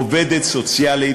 עובדת סוציאלית,